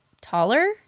taller